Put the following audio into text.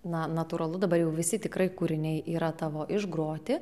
na natūralu dabar jau visi tikrai kūriniai yra tavo išgroti